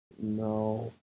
No